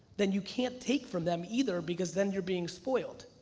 then you can't take from them either because then you're being spoiled.